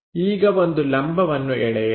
ಈಗ ಒಂದು ಲಂಬವನ್ನು ಎಳೆಯಿರಿ